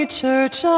church